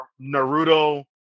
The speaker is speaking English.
Naruto